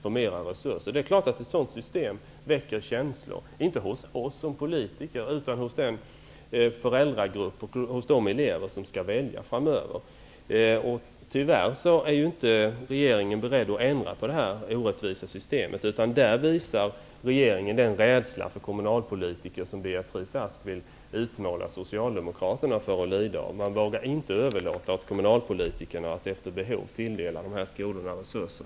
Det är klart att ett sådant system väcker känslor -- inte hos oss som politiker utan hos de föräldrar och de elever som skall välja framöver. Tyvärr är regeringen inte beredd att ändra det orättvisa systemet; där visar regeringen den rädsla för kommunalpolitiker som Beatrice Ask beskyller Socialdemokraterna för att lida av. Man vågar inte överlåta åt kommunalpolitikerna att efter behov tilldela de här skolorna resurser.